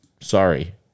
Sorry